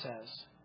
says